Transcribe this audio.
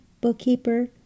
bookkeeper